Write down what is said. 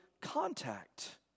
contact